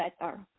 better